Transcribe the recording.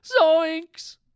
Zoinks